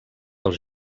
als